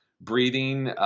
breathing